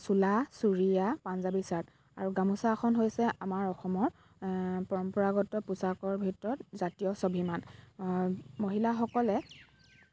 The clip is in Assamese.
চোলা চুৰীয়া পাঞ্জাবী চাৰ্ট আৰু গামোচাখন হৈছে আমাৰ অসমৰ পৰম্পৰাগত পোচাকৰ ভিতৰত জাতীয় স্বাভিমান মহিলাসকলে